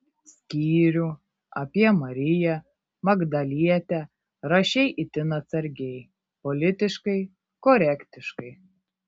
skyrių apie mariją magdalietę rašei itin atsargiai politiškai korektiškai